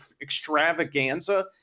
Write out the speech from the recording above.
extravaganza